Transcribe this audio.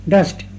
Dust